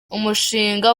umushinga